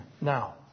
now